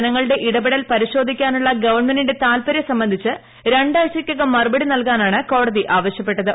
ജനങ്ങളുടെ ഇടപെടൽ പരിശോധിക്കാനുള്ള ഗ്വൺമെന്റിന്റെ താല്പര്യം സംബന്ധിച്ച് രണ്ടാഴ്ചയ്ക്കകം മറുപടി നല്കാനാണ് കോടതി ആവശ്യപ്പെട്ടത്